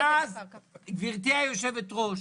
גברתי יושבת הראש,